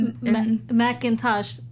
Macintosh